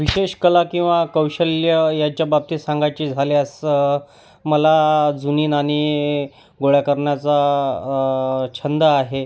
विशेष कला किंवा कौशल्य याच्या बाबतीत सांगायचे झाल्यास मला जुनी नाणी गोळा करण्याचा छंद आहे